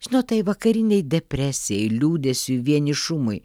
žinot tai vakarinei depresijai liūdesiui vienišumui